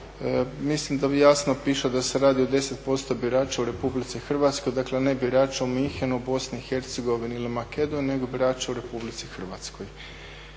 Mislim da jasno piše da se radi o 10% birača u Republici Hrvatskoj, dakle ne birača u Munchenu, Bosni i Hercegovini ili Makedoniji, nego birača u Republici Hrvatskoj